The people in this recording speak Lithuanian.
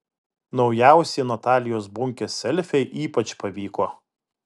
naujausi natalijos bunkės selfiai ypač pavyko